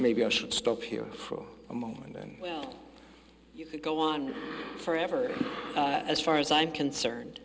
maybe i should stop here for a moment then you could go on forever as far as i'm concerned